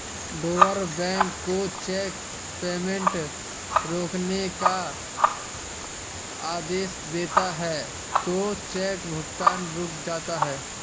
drawer bank को cheque payment रोकने का आदेश देता है तो चेक भुगतान रुक जाता है